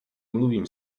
mluvím